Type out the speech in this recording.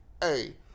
Hey